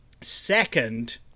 Second